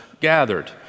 gathered